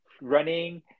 running